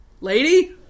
lady